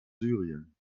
syrien